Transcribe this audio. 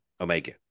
Omega